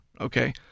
okay